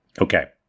Okay